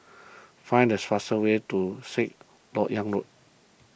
find the fastest way to Sixth Lok Yang Road